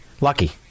Lucky